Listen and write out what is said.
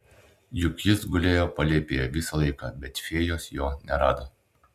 juk jis gulėjo palėpėje visą laiką bet fėjos jo nerado